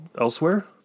elsewhere